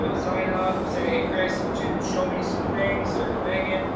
so sign up, say, hey chris would you show me some things? or megan.